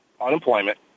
unemployment